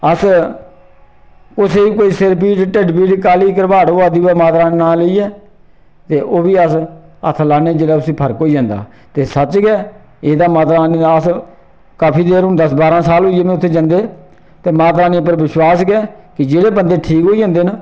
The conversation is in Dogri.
अस कुसै गी कोई सिर पीड़ ढिड्ड पीड़ काह्ली घबराट होआ दी होऐ ते माता रानी दा नांऽ लेइयै ते ओह् बी अस हत्थ लान्ने जैल्लै उसी फर्क होई जंदा ते सच्च गै एह्दा माता रानी दा असर काफी देर होन्दा ते दस बारां साल होई गे में उत्थे जन्दे ते माता रानी उप्पर बिश्वास गै कि जेह्ड़े बंदे ठीक होई जन्दे